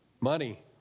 Money